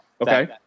Okay